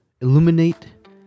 illuminate